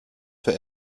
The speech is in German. für